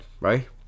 right